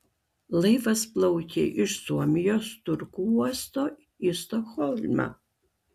laivas plaukė iš suomijos turku uosto į stokholmą